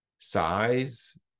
Size